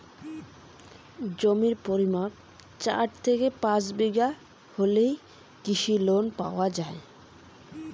জমির পরিমাণ কতো থাকলে কৃষি লোন পাওয়া যাবে?